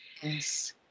Yes